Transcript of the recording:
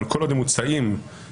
כל עוד הם מוצאים החוצה,